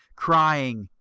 crying,